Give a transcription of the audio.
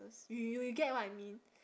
~es you you get what I mean